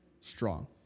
strong